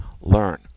learn